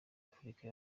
afrika